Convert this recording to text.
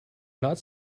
not